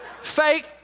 fake